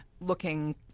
looking